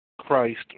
Christ